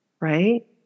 Right